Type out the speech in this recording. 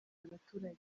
abaturage